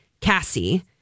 Cassie